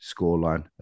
scoreline